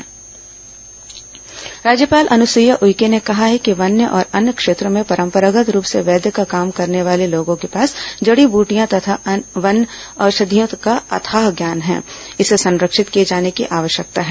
राज्यपाल वनौषधि राज्यपाल अनुसईया उइके ने कहा है कि वन्य और अन्य क्षेत्रों में परम्परागत रूप से वैद्य का काम करने वाले लोगों के पास जड़ी बूटियों तथा वन औषधियों का अथाह ज्ञान है इसे संरक्षित किए जाने की आवश्यकता है